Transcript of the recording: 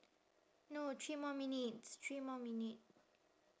no three more minutes three more minute